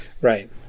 Right